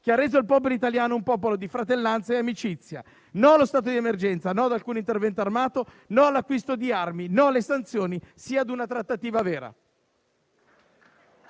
che ha reso il popolo italiano un popolo di fratellanza e amicizia. No allo stato di emergenza, no ad alcun intervento armato, no all'acquisto di armi, no alle sanzioni; sì ad una trattativa vera.